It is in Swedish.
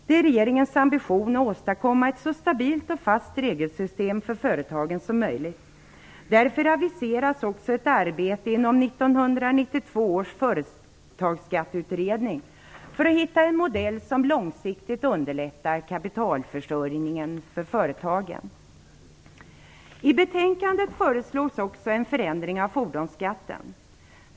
Det är regeringens ambition att åstadkomma ett så stabilt och fast regelsystem för företagen som möjligt. Därför aviseras också ett arbete inom 1992 års Företagskatteutredning för att hitta en modell som långsiktigt underlättar kapitalförsörjningen för företagen. I betänkandet föreslås också en förändring av fordonsskatten.